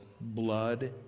blood